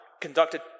Conducted